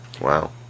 wow